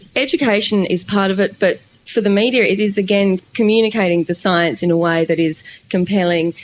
education is part of it, but for the media it is, again, communicating the science in a way that is compelling,